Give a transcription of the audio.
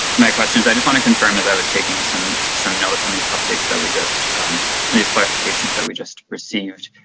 my questions, i just want to confirm as i was taking some some notes on these updates that we just, and these clarifications that we just received,